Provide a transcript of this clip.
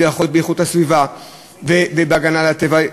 זה יכול להיות באיכות הסביבה ובהגנה על הטבע,